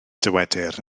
dywedir